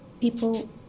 people